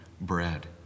bread